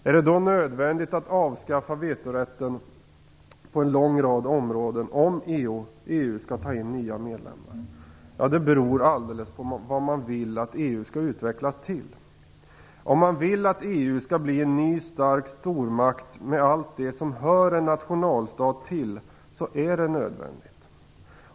Är det då nödvändigt att avskaffa vetorätten på en lång rad områden om EU skall ta in nya medlemmar? Det beror alldeles på vad man vill att EU skall utvecklas till. Om man vill att EU skall bli en ny stark stormakt med allt det som hör en nationalstat till så är det nödvändigt.